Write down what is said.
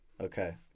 Okay